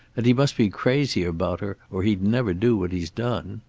and he must be crazy about her, or he'd never do what he's done.